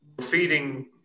feeding